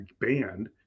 band